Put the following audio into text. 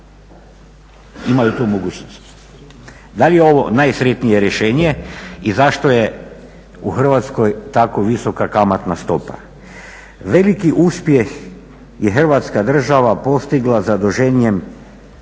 imaju tu mogućnost. Da li je ovo najsretnije rješenje i zašto je u Hrvatskoj tako visoka kamatna stopa? Veliki uspjeh je Hrvatska država postigla zaduženjem